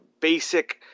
basic